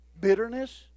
Bitterness